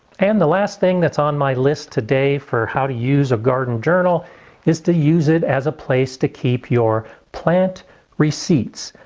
and the last thing that's on my list today for how to use a garden journal is to use it as a place to keep your plant receipts.